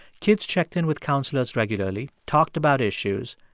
kids checked in with counselors regularly, talked about issues,